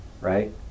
right